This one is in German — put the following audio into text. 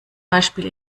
beispiel